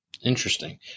Interesting